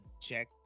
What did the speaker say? check